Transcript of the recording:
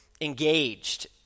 engaged